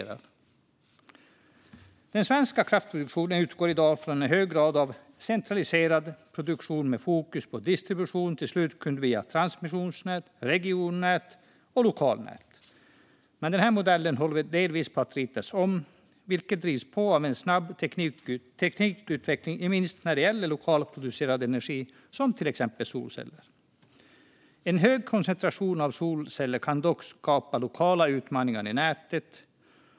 Den svenska kraftproduktionen utgår i dag från en i hög grad centraliserad produktion med fokus på distribution till slutkund via transmissionsnät, regionnät och lokalnät. Denna modell håller dock delvis på att ritas om, vilket drivs på av en snabb teknikutveckling, inte minst när det gäller lokalt producerad energi från till exempel solceller. En hög koncentration av solceller kan dock skapa lokala utmaningar i nätet.